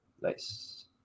Nice